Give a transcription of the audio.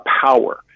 power